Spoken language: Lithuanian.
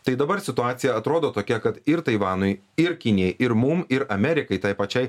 tai dabar situacija atrodo tokia kad ir taivanui ir kinijai ir mum ir amerikai tai pačiai